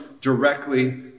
directly